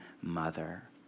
mother